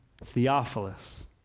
Theophilus